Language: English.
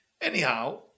Anyhow